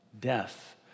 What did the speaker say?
Death